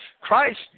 Christ